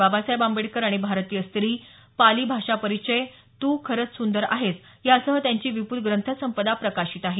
बाबासाहेब आंबेडकर आणि भारतीय स्त्री पाली भाषा परिचय तू खरच सुंदर आहेसयासह त्यांची विपुल ग्रथसपदा प्रकाशित आहे